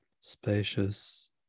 Spacious